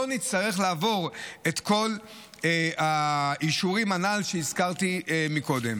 לא נצטרך לעבור את כל האישורים הנ"ל שהזכרתי קודם.